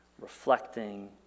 reflecting